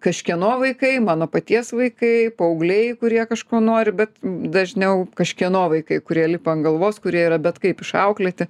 kažkieno vaikai mano paties vaikai paaugliai kurie kažko nori bet dažniau kažkieno vaikai kurie lipa ant galvos kurie yra bet kaip išauklėti